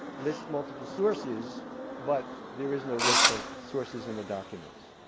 lists multiple sources but there is no list of sources in the document.